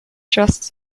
just